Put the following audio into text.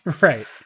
Right